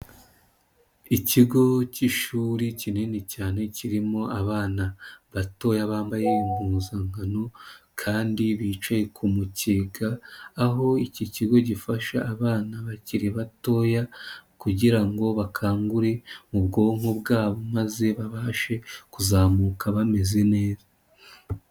Ikigo cy'ishuri kinini cyane kirimo abana batoya bambaye impuzankano kandi bicaye ku mukeka aho iki kigo gifasha abana bakiri batoya kugirango bakangure mu bwonko bwabo maze babashe kuzamuka bameze neza.